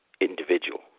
individual